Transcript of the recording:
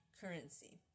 currency